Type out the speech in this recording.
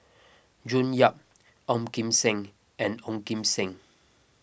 June Yap Ong Kim Seng and Ong Kim Seng